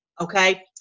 okay